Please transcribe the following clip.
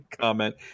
comment